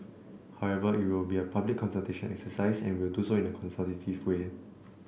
however it will be a public consultation exercise and we will do so in a consultative way